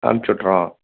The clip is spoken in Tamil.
அமிச்சிவுட்றோம்